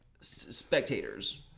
Spectators